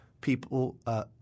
people –